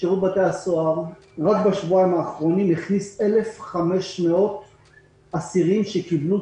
שירות בתי הסוהר רק בשבועיים האחרונים הכניס 1,500 אסירים שקיבלו